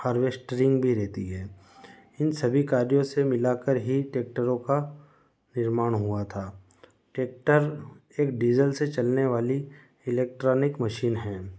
harvesting भी रहती है इन सभी कार्यों से मिलाकर ही ट्रैक्टरों का निर्माण हुआ था ट्रैक्टर एक डीजल से चलने वाली इलेक्ट्रॉनिक मशीन है